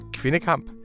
kvindekamp